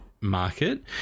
market